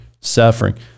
suffering